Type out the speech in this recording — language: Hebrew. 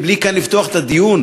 מבלי לפתוח את הדיון